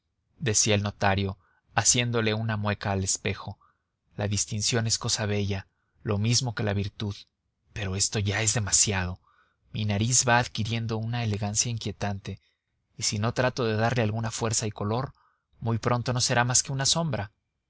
decía el notario haciéndole una mueca al espejo la distinción es cosa bella lo mismo que la virtud pero esto ya es demasiado mi nariz va adquiriendo una elegancia inquietante y si no trato de darle alguna fuerza y color muy pronto no será que una sombra